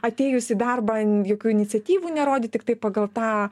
atėjus į darbą jokių iniciatyvų nerodyt tiktai pagal tą